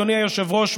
אדוני היושב-ראש,